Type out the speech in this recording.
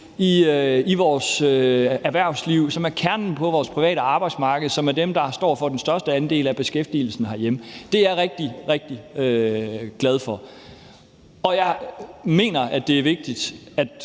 i vores erhvervsliv, som er kernen på vores private arbejdsmarked, som er dem, der står for den største andel af beskæftigelsen herhjemme. Det er jeg rigtig, rigtig glad for. Jeg mener, det er vigtigt, at